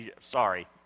sorry